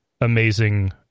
amazing